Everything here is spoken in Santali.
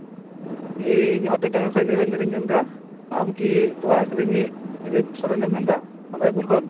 ᱤᱧ ᱦᱟᱛᱤᱰᱟᱝᱜᱟ ᱠᱷᱚᱱ ᱱᱤᱨᱚᱧᱡᱚᱱᱤᱧ ᱢᱮᱱ ᱮᱫᱟ ᱟᱢ ᱠᱤ ᱛᱚᱣᱟ ᱟᱹᱠᱷᱨᱤᱧᱤᱡ ᱫᱤᱞᱤᱯ ᱥᱚᱨᱮᱱᱮᱢ ᱢᱮᱱ ᱮᱫᱟ ᱨᱟᱭᱯᱩᱨ ᱠᱷᱚᱱ